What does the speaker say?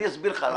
אני אסביר לך למה.